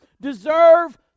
deserve